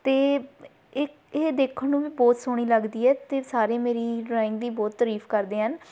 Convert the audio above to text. ਅਤੇ ਇਹ ਇਹ ਦੇਖਣ ਨੂੰ ਵੀ ਬਹੁਤ ਸੋਹਣੀ ਲੱਗਦੀ ਹੈ ਅਤੇ ਸਾਰੇ ਮੇਰੀ ਡਰਾਇੰਗ ਦੀ ਬਹੁਤ ਤਾਰੀਫ ਕਰਦੇ ਹਨ